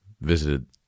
visited